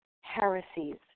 heresies